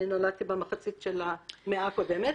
אני נולדתי במחצית של המאה הקודמת.